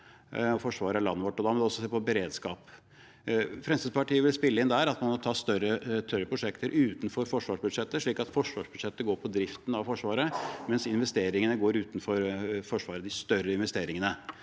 forsvare landet vårt, og da må vi også se på beredskap. Fremskrittspartiet vil spille inn der at man må ta større prosjekter utenfor forsvarsbudsjettet, slik at forsvarsbudsjettet går på driften av Forsvaret, mens de større investeringene går utenfor Forsvaret. Det er smart.